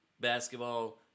basketball